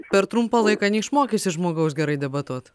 per trumpą laiką neišmokysi žmogaus gerai debatuot